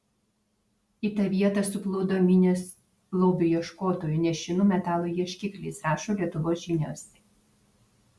į tą vietą suplūdo minios lobių ieškotojų nešinų metalo ieškikliais rašo lietuvos žinios